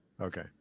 okay